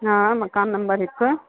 हा मकानु नंबर हिकु